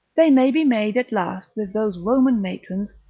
they may be made at last with those roman matrons,